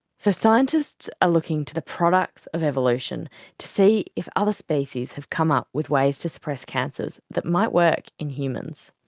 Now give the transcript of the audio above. so scientists are looking to the products of evolution to see if other species have come up with ways to suppress cancers that might work in humans.